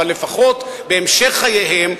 אבל לפחות בהמשך חייהם,